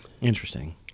Interesting